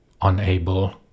unable